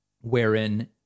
wherein